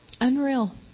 unreal